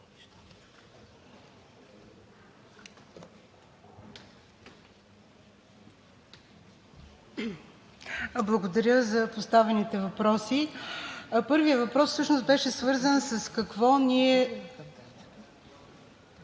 Благодаря за поставените въпроси. Първият въпрос всъщност беше: какво ние